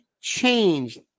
changed